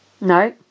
No